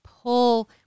pull